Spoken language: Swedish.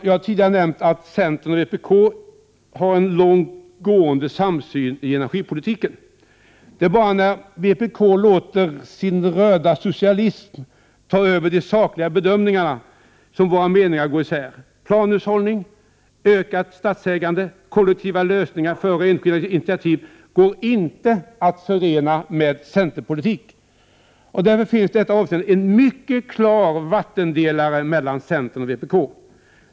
Som jag tidigare nämnt har centern och vpk en långt gående samsyn i energipolitiken. Det är bara när vpk låter sin röda socialism ta över de sakliga bedömningarna som våra meningar går isär. Planhushållning, ökat statsägande och kollektiva lösningar före enskilda initiativ går inte att förena med centerpolitik, och därför finns det i detta avseende en mycket klar vattendelare mellan centern och vpk.